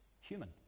human